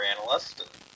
analyst